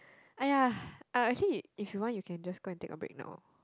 !aiya! um actually if you want you can just go and take a break now